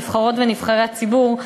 נבחרות ונבחרי הציבור,